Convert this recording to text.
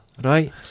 Right